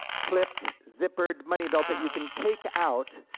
clipped, zippered money belt that you can take out,